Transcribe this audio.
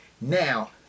Now